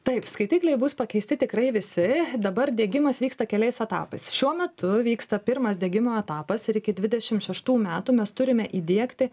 taip skaitikliai bus pakeisti tikrai visi dabar diegimas vyksta keliais etapais šiuo metu vyksta pirmas diegimo etapas ir iki dvidešim šeštų metų mes turime įdiegti